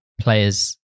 players